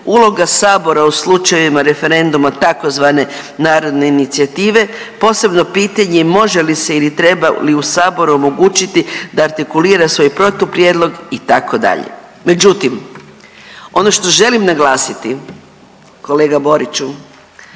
uloga Sabora u slučajevima referenduma tzv. narodne inicijative, posebno pitanje može li se ili treba u Saboru omogućiti da artikulira svoj protuprijedlog itd. Međutim, ono što želim naglasiti, kolega Boriću,